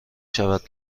شود